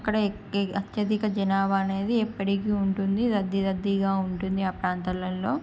అక్కడ ఎ ఎ అత్యధిక జనాభా అనేది ఎప్పటికీ ఉంటుంది రద్దీ రద్దీగా ఉంటుంది ఆ ప్రాంతాలల్లో